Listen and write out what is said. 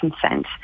consent